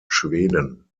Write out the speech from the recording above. schweden